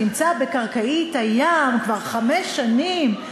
שנמצא בקרקעית הים כבר חמש שנים,